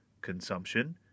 consumption